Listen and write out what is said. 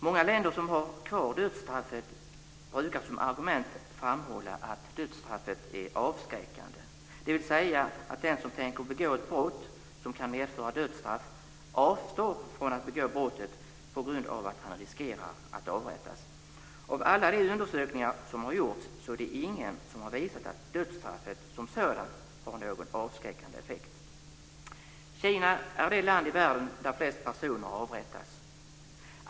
Många länder som har kvar dödsstraffet brukar som argument framhålla att dödsstraffet är avskräckande, dvs. att den som tänker begå ett brott som kan medföra dödsstraff avstår från att begå brottet på grund av att han riskerar att avrättas. Av alla de undersökningar som har gjorts är det ingen som har visat att dödsstraffet som sådant har någon avskräckande effekt. Kina är det land i världen där flest personer avrättas.